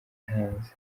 hanze